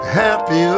happy